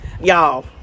Y'all